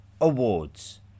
Awards